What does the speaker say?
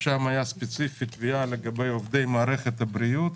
שם הייתה תביעה ספציפית לגבי עובדי מערכת הבריאות.